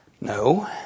No